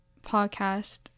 podcast